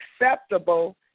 acceptable